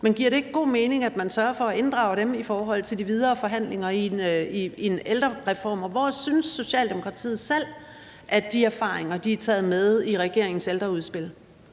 – giver det ikke god mening, at man sørger for at inddrage dem i forhold til de videre forhandlinger om en ældrereform, og hvor synes Socialdemokratiet selv at de erfaringer er taget med i regeringens ældreudspil?